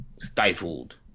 stifled